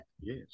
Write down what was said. Yes